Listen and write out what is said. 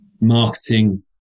marketing